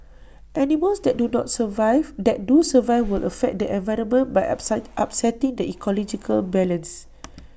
animals that do not survive that do survive would affect the environment by upset upsetting the ecological balance